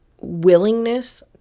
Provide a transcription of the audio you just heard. willingness